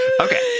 Okay